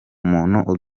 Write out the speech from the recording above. muntu